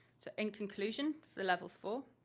so and conclusion for the level four,